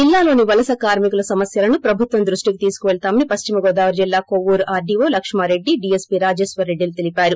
జిల్లాలోని వలస కార్మికుల సమస్యలను ప్రభుత్వం దృష్టికి తీసుకుపెళతామని పశ్చిమ గోదావరి జిల్లా కొవ్వూరు ఆర్డీవో లక్ష్మారెడ్డి డీఎస్పీ రాజేశ్వర్ రెడ్డిలు తెలిపారు